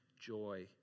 joy